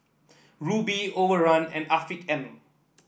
Rubi Overrun and Afiq M